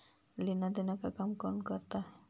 लेन देन का काम कौन करता है?